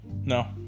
No